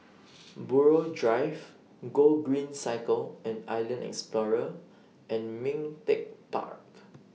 Buroh Drive Gogreen Cycle and Island Explorer and Ming Teck Park